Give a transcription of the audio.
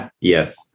Yes